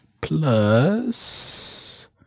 plus